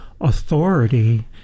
authority